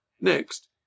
Next